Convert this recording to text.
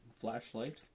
Flashlight